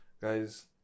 guys